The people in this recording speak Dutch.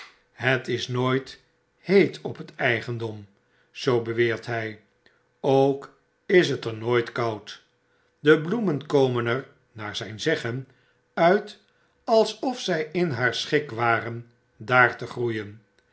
het is nooit heet op net eigendom zoo beweert hy ook is het er nooit koud de bloemen komen er naar zyn zeggen uit alsof zy in haar schik waren dr te groeien